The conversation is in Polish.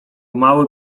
mały